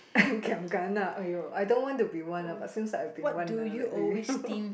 giam kana !aiyo! I don't want to be one lah but since like I've been one ah lately